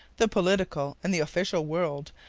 the political, and the official world,